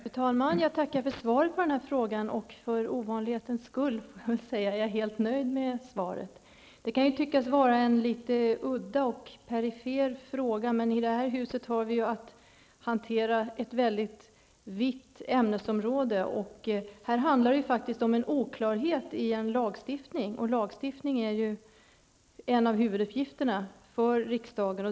Fru talman! Jag tackar för svaret på den här frågan, och för ovanlighetens skull är jag helt nöjd med svaret. Detta kan tyckas vara en udda och perifer fråga, men i det här huset har vi ju att hantera ett väldigt vitt ämnesområde. Och i detta sammanhang handlar det faktiskt om en oklarhet i en lagstiftning, och lagstiftning är ju en av huvuduppgifterna för riksdagen.